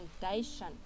foundation